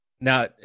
Now